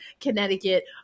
Connecticut